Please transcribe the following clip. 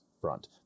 front